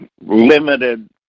limited